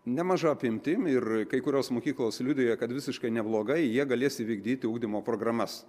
nemaža apimtim ir kai kurios mokyklos liudija kad visiškai neblogai jie galės įvykdyti ugdymo programas